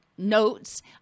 notes